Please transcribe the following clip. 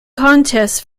contests